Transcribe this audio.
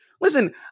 listen